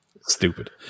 Stupid